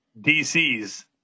DC's